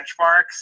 benchmarks